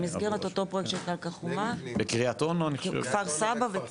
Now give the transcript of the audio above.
במסגרת אותו פרויקט של קרקע חומה, כפר סבא,